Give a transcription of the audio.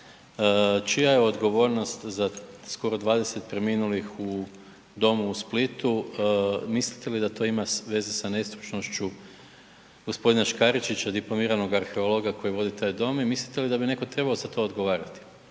čija je odgovornost za skoro 20 preminulih u domu u Splitu, mislite li da to ima veze sa nesretnošću g. Škaričića, dipl. arheologa koji vodi taj dom i mislite li da bi neko trebao za to odgovarati?